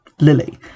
Lily